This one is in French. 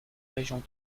régions